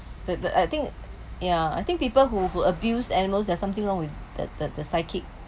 the the I think yeah I think people who who abused animals there's something wrong with the the the psychic